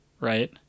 right